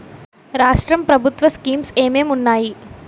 రాష్ట్రం ప్రభుత్వ స్కీమ్స్ ఎం ఎం ఉన్నాయి?